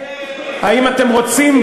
האם אתם רוצים,